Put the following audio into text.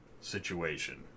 situation